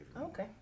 Okay